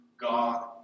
God